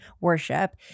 Worship